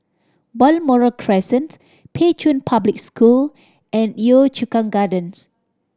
Balmoral Crescent Pei Chun Public School and Yio Chu Kang Gardens